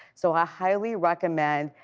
so i highly recommend,